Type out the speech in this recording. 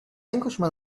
englishman